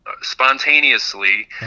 spontaneously